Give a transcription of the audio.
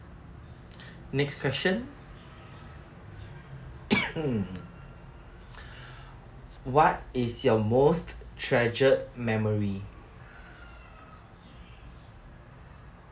next question what is your most treasured memory